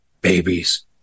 babies